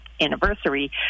anniversary